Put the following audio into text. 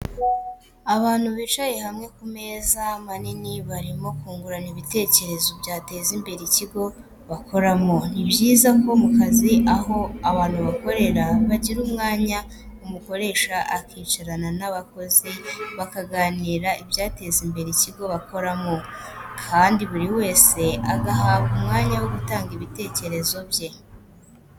Abantu bicaye hamwe ku meza manini barimo kungurana ibitekerezo byateza imbere ikigo bakoramo. Ni byiza ko mu kazi aho abantu bakorera bagira umwanya umukoresha akicarana n'abakozi bakaganira ibyateza imbere ikigo bakoramo kandi buri wese agahabwa umwanya wo gutanga ibitekerezo bye.